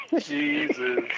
Jesus